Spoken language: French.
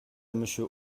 monsieur